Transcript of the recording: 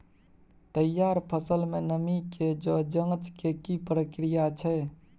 तैयार फसल में नमी के ज जॉंच के की प्रक्रिया छै?